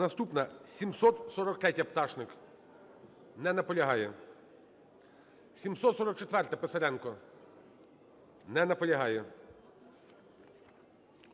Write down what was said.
Наступна – 743-я, Пташник. Не наполягає. 744-а, Писаренко. Не наполягає.